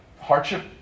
hardship